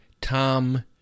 Tom